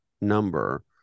number